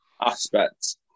aspects